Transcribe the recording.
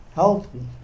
healthy